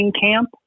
camp